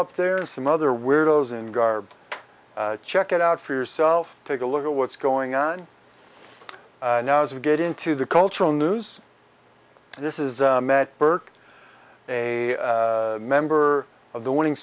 up there some other weirdos in garb check it out for yourself take a look at what's going on now as we get into the cultural news this is matt birk a member of the winning